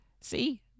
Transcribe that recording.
See